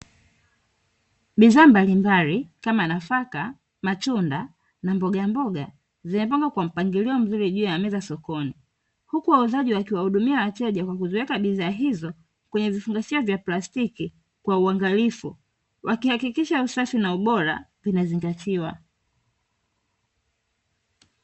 Bidhaa mbalimbali kama nafaka, matunda, na mbogamboga zimepangwa kwa mpangilio mzuri juu ya meza sokoni. Huku wauzaji wakiwahudumia wateja kwa kuziweka bidhaa hizo kwenye vifungashio vya plastiki, kwa uangalifu wakihakikisha usafi na ubora vinazingatiwa.